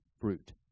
fruit